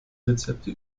rezepte